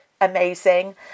amazing